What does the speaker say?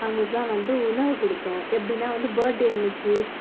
அவங்களுக்குலாம் வந்து உணவு கொடுத்தோம் எப்படின்னா வந்து பர்த்டே அன்றைக்கி